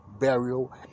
burial